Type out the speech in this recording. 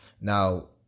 Now